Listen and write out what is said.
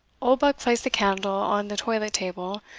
oldbuck placed the candle on the toilet table,